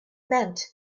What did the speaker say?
meant